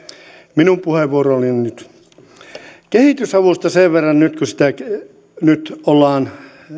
minun puheenvuoroni on nyt kehitysavusta sen verran nyt kun siitä ollaan